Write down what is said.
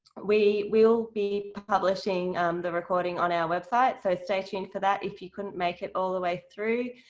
we will be publishing the recording on our website, so stay tuned for that if you couldn't make it all the way through.